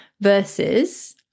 versus